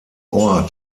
ort